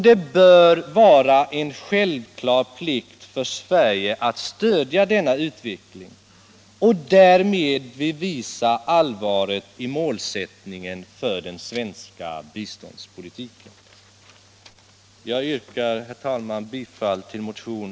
Det bör vara en självklar plikt för Sverige att stödja denna utveckling och därmed bevisa allvaret i målsättningen för den svenska biståndspolitiken.